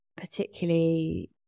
particularly